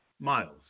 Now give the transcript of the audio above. Miles